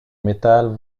métal